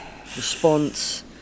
Response